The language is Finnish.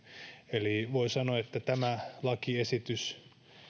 eli voi sanoa että tämä lakiesitys